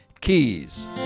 Keys